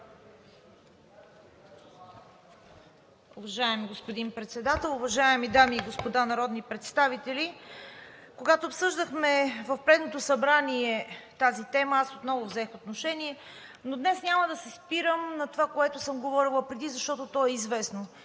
Уважаеми господин Председател, уважаеми дами и господа народни представители! Когато обсъждахме в предното събрание тази тема, аз отново взех отношение. Но днес няма да се спирам на това, което съм говорила преди, защото то е известно